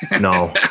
No